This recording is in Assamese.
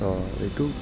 অঁ এইটো